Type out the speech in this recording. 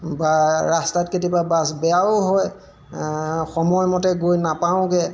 বা ৰাস্তাত কেতিয়াবা বাছ বেয়াও হয় সময়মতে গৈ নাপাওঁগৈ